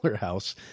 house